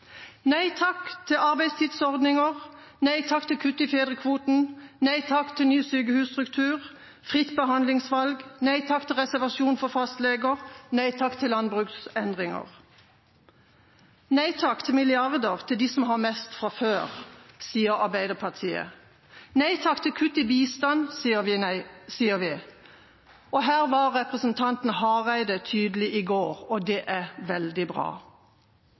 nei takk til arbeidstidsordninger, nei takk til kutt i fedrekvoten, nei takk til ny sykehusstruktur og fritt behandlingsvalg, nei takk til reservasjon for fastleger og nei takk til landbruksendringer. Nei takk til milliarder til dem som har mest fra før, sier Arbeiderpartiet. Nei takk til kutt i bistand, sier vi. Her var representanten Hareide tydelig i går. Det er veldig bra.